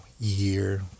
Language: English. year